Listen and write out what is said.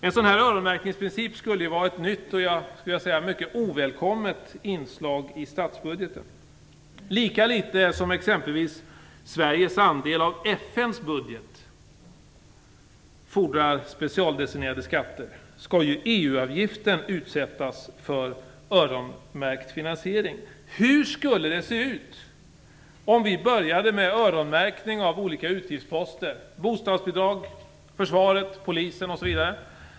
En sådan här öronmärkningsprincip skulle vara ett nytt och ovälkommet inslag i statsbudgeten. Lika litet som exempelvis Sveriges andel av FN:s budget fordrar specialdestinerade skatter skall ju EU-avgiften utsättas för öronmärkt finansiering. Hur skulle det se ut om vi började med öronmärkning av olika utgiftsposter, bostadsbidrag, försvaret, polisen osv.